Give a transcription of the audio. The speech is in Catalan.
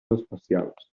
especials